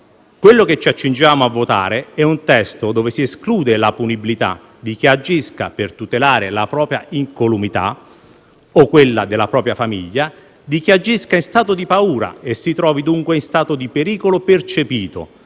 Quello che ci accingiamo a votare è un testo dove si esclude la punibilità di chi agisca per tutelare la propria incolumità o quella della propria famiglia, di chi agisca in stato di paura e si trovi dunque in stato di pericolo percepito,